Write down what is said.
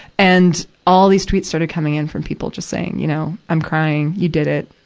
and, all these tweets started coming in from people, just saying, you know, i'm crying. you did it.